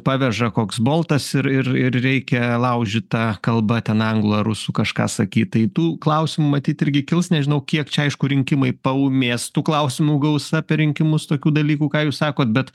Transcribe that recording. paveža koks boltas ir ir ir reikia laužyta kalba ten anglų ar rusų kažką sakyt tai tų klausimų matyt irgi kils nežinau kiek čia aišku rinkimai paūmės tų klausimų gausa per rinkimus tokių dalykų ką jūs sakot bet